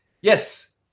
Yes